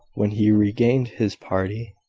when he regained his party,